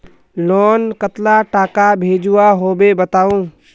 Loan कतला टाका भेजुआ होबे बताउ?